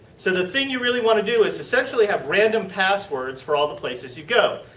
so the thing you really want to do is essentially have random passwords for all the places you go.